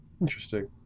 Interesting